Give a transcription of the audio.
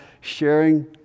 sharing